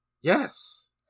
Yes